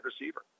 receiver